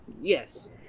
Yes